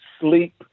sleep